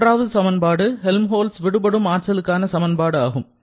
மூன்றாவது சமன்பாடு ஹெல்ம்ஹோல்ட்ஸ் விடுபடும் ஆற்றலுக்கான சமன்பாடு ஆகும்